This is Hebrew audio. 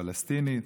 הפלסטינית.